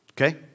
Okay